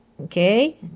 okay